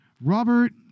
Robert